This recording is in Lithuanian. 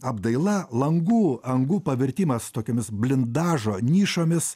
apdaila langų angų pavertimas tokiomis blindažo nišomis